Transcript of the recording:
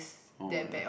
alright